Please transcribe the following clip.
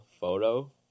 photo